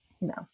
No